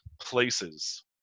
places